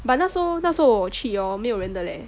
but 那时候那时候我去 hor 没有人的 leh